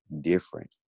different